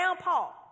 Paul